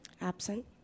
absent